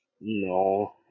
No